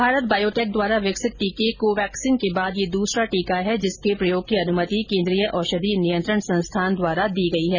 भारत बायोटेक द्वारा विकसित टीके को वैक्सीन के बाद यह दूसरा टीका है जिसके प्रयोग की अनुमति केन्द्रीय औषधि नियंत्रण संस्थान द्वारा दी गई है